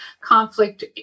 conflict